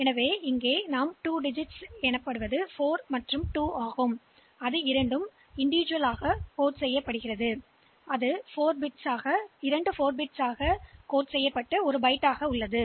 எனவே இங்கே என்ன செய்யப்படுகிறது என்றால் இந்த தசம எண் அமைப்பின் இந்த தனிப்பட்ட இலக்கங்கள் அவை பைனரியில் குறியிடப்படுகின்றன